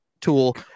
tool